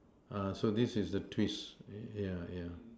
uh so this is the twist yeah yeah